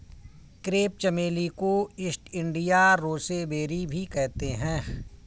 crepe चमेली को east India rosebay भी कहते हैं